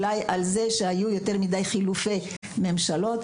על זה שהיו יותר מדי חילופי ממשלות,